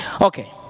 Okay